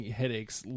headaches